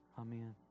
Amen